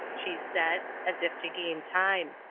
she said, as if to gain time.